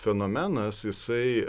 fenomenas jisai